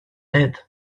aide